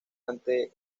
ante